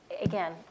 again